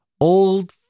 Old